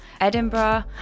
Edinburgh